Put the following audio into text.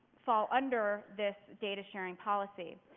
fall under this data sharing policy.